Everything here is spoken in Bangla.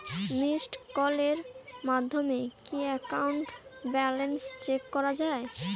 মিসড্ কলের মাধ্যমে কি একাউন্ট ব্যালেন্স চেক করা যায়?